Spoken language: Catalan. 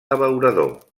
abeurador